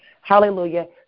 Hallelujah